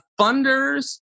funders